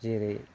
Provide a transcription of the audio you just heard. जेरै